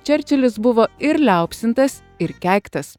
čerčilis buvo ir liaupsintas ir keiktas